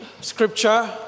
Scripture